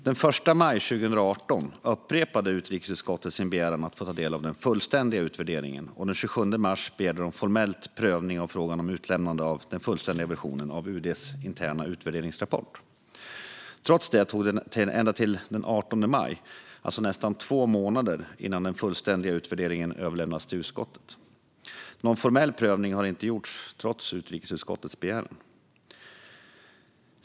Den 1 mars 2018 upprepade utrikesutskottet sin begäran om att få ta del av den fullständiga utvärderingen, och den 27 mars begärde utskottet formellt prövning av frågan om utlämnande av den fullständiga versionen av UD:s interna utvärderingsrapport. Trots det tog det ända till den 18 maj, alltså nästan två månader, innan den fullständiga utvärderingen överlämnades till utskottet. Någon formell prövning har inte gjorts, trots utrikesutskottets begäran.